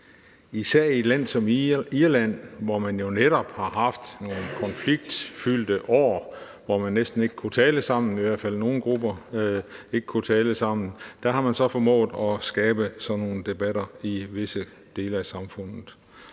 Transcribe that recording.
Især i et land som Irland, hvor man jo netop har haft nogle konfliktfyldte år, hvor man næsten ikke kunne tale sammen, i hvert fald for nogle gruppers vedkommende, har man så formået at skabe sådan nogle debatter i visse dele af samfundet.